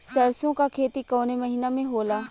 सरसों का खेती कवने महीना में होला?